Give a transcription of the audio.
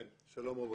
כן, שלום, רבותיי.